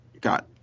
got